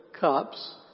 cups